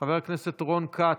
חבר הכנסת רון כץ,